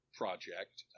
project